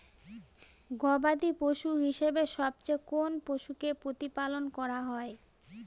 গবাদী পশু হিসেবে সবচেয়ে কোন পশুকে প্রতিপালন করা হয়?